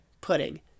Pudding